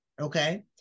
okay